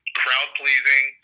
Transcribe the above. crowd-pleasing